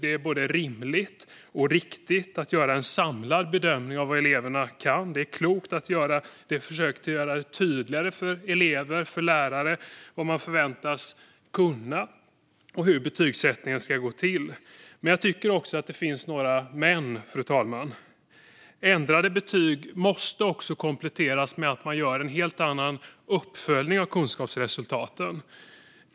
Det är både rimligt och riktigt att göra en samlad bedömning av vad eleverna kan. Det är klokt att försöka göra det tydligare för elever och lärare vad man förväntas kunna och hur betygsättningen ska gå till. Men jag tycker också att det finns några "men", fru talman. Ändrade betyg måste kompletteras med att man också gör en helt annan uppföljning av kunskapsresultaten.